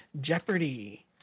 Jeopardy